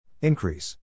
Increase